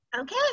Okay